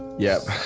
yep,